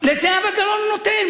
לזהבה גלאון הוא נותן.